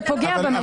זה פוגע במשילות.